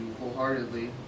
wholeheartedly